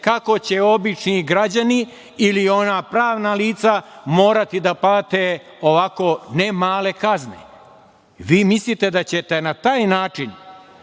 kako će obični građani ili ona pravna lica morati da plate ovako ne male kazne. Vi mislite da ćete na taj način